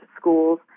schools